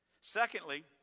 Secondly